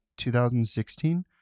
2016